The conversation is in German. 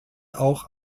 auch